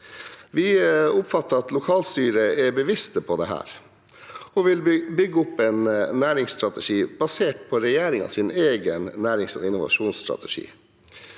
Vi oppfatter at lokalstyret er bevisste på dette og vil bygge opp en næringsstrategi basert på regjeringens egen nærings- og innovasjonsstrategi.